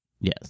Yes